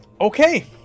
Okay